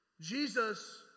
Jesus